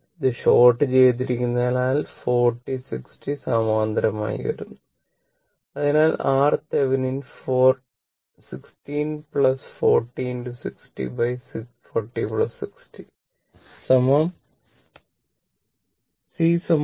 ഇത് ഷോർട് ചെയ്തിരിക്കുന്നതിനാൽ 40 60 സമാന്തരമായി വന്നു അതിനാൽ RThevenin 16 40 60 40 60 C 2